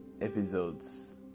episodes